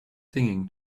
singing